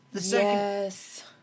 Yes